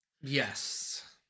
Yes